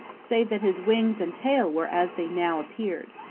save that his wings and tail were as they now appeared.